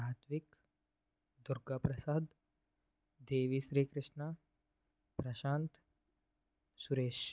Satvik Durgaprasad Devi Sri Krishna Prashant Suresh